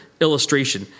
illustration